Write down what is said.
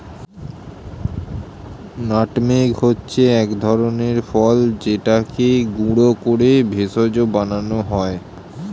nutmeg হচ্ছে এক ধরনের ফল যেটাকে গুঁড়ো করে ভেষজ বানানো হয়